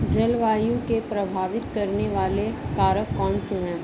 जलवायु को प्रभावित करने वाले कारक कौनसे हैं?